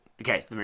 Okay